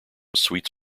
sweets